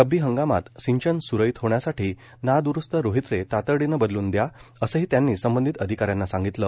रब्बी हंगामात सिंचन स्रळीत होण्यासाठी नाद्रुस्त रोहित्रे तातडीनं बदलून द्या असंही त्यांनी संबंधित अधिकाऱ्यांना सांगितलं